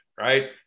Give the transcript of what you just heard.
right